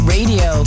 Radio